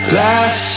last